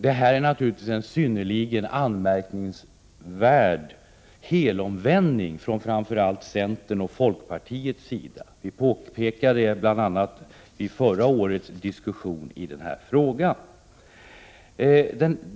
Detta är en synnerligen anmärkningsvärd helomvändning från framför allt centern och folkpartiet. Vi påpekade det bl.a. i förra årets diskussion i frågan.